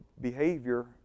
behavior